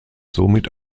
somit